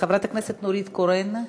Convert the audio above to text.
חברת הכנסת נורית קורן.